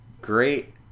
great